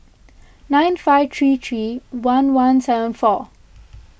nine five three three one one seven four